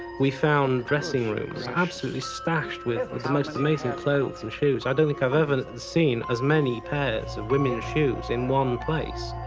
we found dressing rooms absolutely stashed with the most amazing clothes and shoes. i don't think i've ever seen as many pairs of women's shoes in one place.